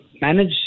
manage